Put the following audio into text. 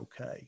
okay